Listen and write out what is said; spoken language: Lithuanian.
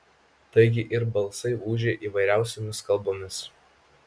taigi ir balsai ūžė įvairiausiomis kalbomis